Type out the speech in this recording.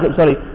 sorry